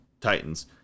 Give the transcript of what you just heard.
Titans